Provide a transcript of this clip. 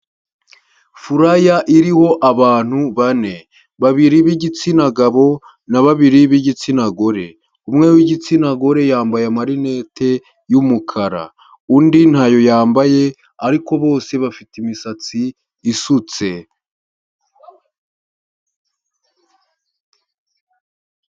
Furaya iriho abantu bane, babiri b'igitsina gabo na babiri b'igitsina gore, umwe w'igitsina gore yambaye amarinete y'umukara undi ntayo yambaye, ariko bose bafite imisatsi isutse.